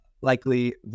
likely